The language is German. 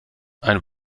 ein